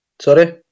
Sorry